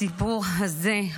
הסיפור הזה,